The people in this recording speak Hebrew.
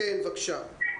בבקשה.